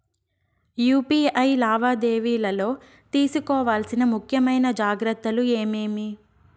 UPI లావాదేవీలలో తీసుకోవాల్సిన ముఖ్యమైన జాగ్రత్తలు ఏమేమీ?